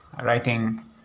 writing